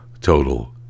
total